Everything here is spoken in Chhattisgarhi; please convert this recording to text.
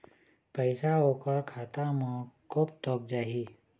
पैसा ओकर खाता म कब तक जाही?